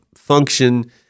function